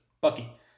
Bucky